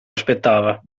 aspettava